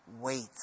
wait